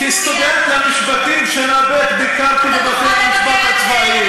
כסטודנט למשפטים שנה ב' ביקרתי בבתי-המשפט הצבאיים.